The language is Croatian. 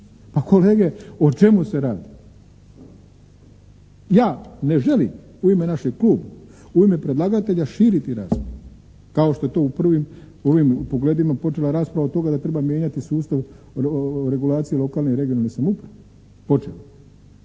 Pa kolege o čemu se radi? Ja ne želim u ime našeg Kluba, u ime predlagatelja širiti … /Govornik se ne razumije./ … kao što je to u prvim, ovim pogledima počela rasprava o tome da treba mijenjati sustav regulacije lokalne i regionalne samouprave.